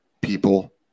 people